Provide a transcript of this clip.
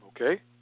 Okay